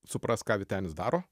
supras ką vytenis daro